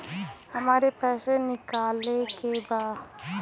हमके पैसा निकाले के बा